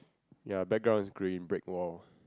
ya background is green brick wall